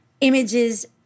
images